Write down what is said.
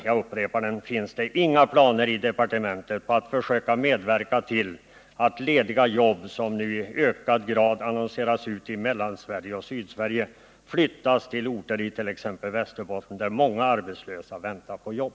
Jag upprepar denna: Finns det i departementet inga planer på att försöka medverka till att lediga jobb, som i ökad gred annonseras ut i Mellansverige och Sydsverige, flyttas till orter i t.ex. Västerbotten, där många arbetslösa väntar på jobb?